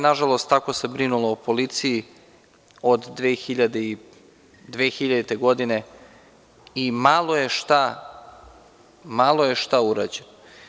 Nažalost, tako se brinulo o policiji od 2000. godine i malo je šta urađeno.